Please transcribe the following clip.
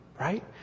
right